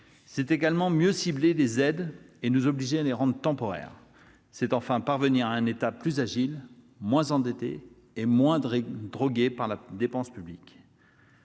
C'est également mieux cibler les aides et nous obliger à les rendre temporaires. C'est, enfin, parvenir à un État plus agile, moins endetté et moins drogué à la dépense publique.